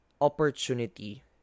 Opportunity